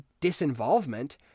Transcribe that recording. disinvolvement